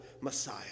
Messiah